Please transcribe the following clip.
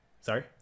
sorry